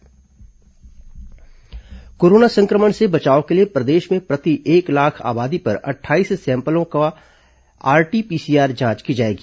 corona समाचार जागरूकता corona संक्रमण से बचाव के लिए प्रदेश में प्रति एक लाख आबादी पर अट्ठाईस सैंपलों की आरटीपीसीआर जांच की जाएगी